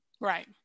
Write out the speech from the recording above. Right